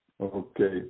Okay